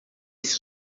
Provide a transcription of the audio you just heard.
esse